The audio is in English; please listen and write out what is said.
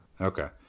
Okay